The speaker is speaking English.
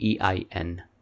EIN